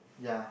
ya